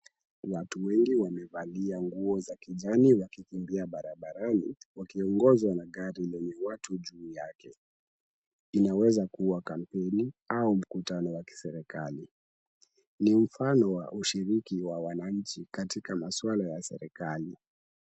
Watu wengi wamevalia nguo za kijani wakikimbia barabarani, wakiongozwa na gari lenye watu juu yake. Inaweza kuwa kampeni au mkutano wa kiserikali. Ni mfano wa ushiriki wa wananchi katika masuala ya serikali.